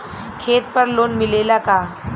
खेत पर लोन मिलेला का?